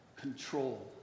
Control